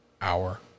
hour